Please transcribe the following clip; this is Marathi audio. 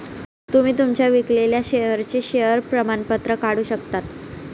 तुम्ही तुमच्या विकलेल्या शेअर्सचे शेअर प्रमाणपत्र काढू शकता